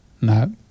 No